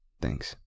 Thanks